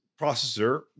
processor